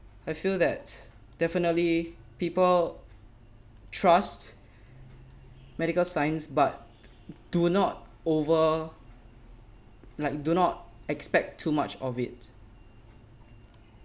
I feel that definitely people trust medical science but do not over like do not expect too much of it